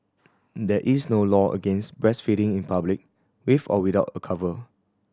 there is no law against breastfeeding in public with or without a cover